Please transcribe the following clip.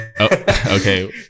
Okay